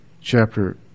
chapter